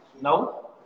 No